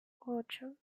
ocho